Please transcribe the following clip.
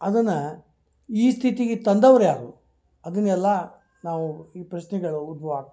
ಅದನ್ನು ಈ ಸ್ಥಿತಿಗೆ ತಂದವ್ರು ಯಾರು ಅದನ್ನೆಲ್ಲ ನಾವು ಈ ಪ್ರಶ್ನೆಗಳು ಉದ್ಭವ ಆಗ್ತದೆ